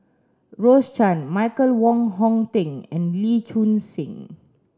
Rose Chan Michael Wong Hong Teng and Lee Choon Seng